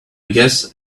guess